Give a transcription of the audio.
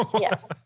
Yes